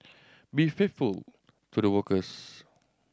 be faithful to the workers